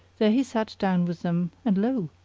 there he sat down with them, and lo!